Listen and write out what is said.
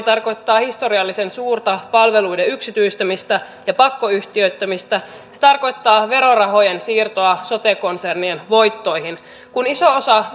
tarkoittaa historiallisen suurta palveluiden yksityistämistä ja pakkoyhtiöittämistä se tarkoittaa verorahojen siirtoa sote konsernien voittoihin kun iso osa